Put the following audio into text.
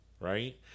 Right